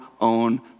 own